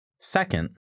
Second